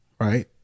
Right